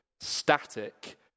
static